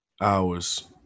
hours